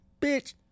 bitch